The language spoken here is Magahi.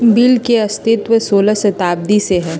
बिल के अस्तित्व सोलह शताब्दी से हइ